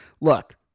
look